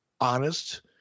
honest